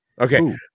Okay